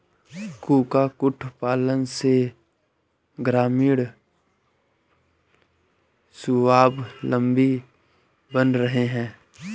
कुक्कुट पालन से ग्रामीण स्वाबलम्बी बन रहे हैं